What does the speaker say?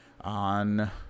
on